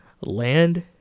land